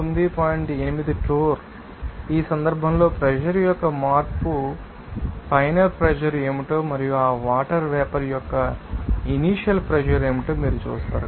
8 torr ఈ సందర్భంలో pressure యొక్క మార్పు ఫైనల్ ప్రెషర్ ఏమిటో మరియు ఆ వాటర్ వేపర్ యొక్క ఇనీషియల్ ప్రెషర్ ఏమిటో మీరు చూస్తారు